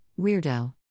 weirdo